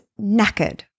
knackered